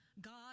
God